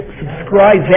subscribe